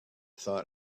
thought